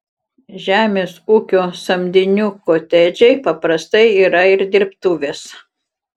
žemės ūkio samdinių kotedžai paprastai yra ir dirbtuvės